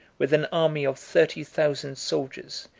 with an army of thirty thousand soldiers,